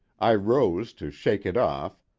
i rose to shake it off,